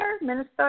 Minnesota